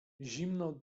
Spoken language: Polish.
zimno